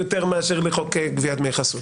מאשר לחוק גביית דמי חסות.